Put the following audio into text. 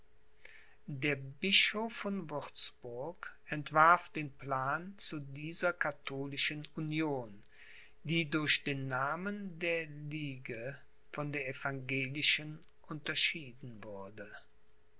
der bischof von würzburg entwarf den plan zu dieser katholischen union die durch den namen der ligue von der evangelischen unterschieden wurde